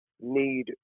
need